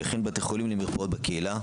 ובין בתי חולים למרפאות בקהילה,